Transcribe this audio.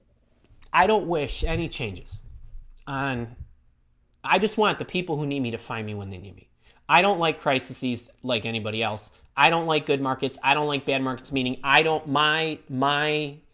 i don't wish any changes and i just want the people who need me to find me when they need me i don't like crisis ease like anybody else i don't like good markets i don't like bad markets meaning i don't my my